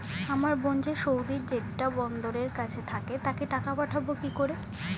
আমার বোন যে সৌদির জেড্ডা বন্দরের কাছে থাকে তাকে টাকা পাঠাবো কি করে?